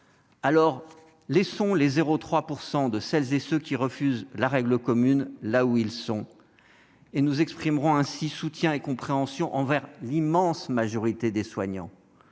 Alors, laissez les 0,3 % qui refusent la règle commune là où ils sont, et nous exprimerons ainsi soutien et compréhension envers l'immense majorité des soignants.